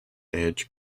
edged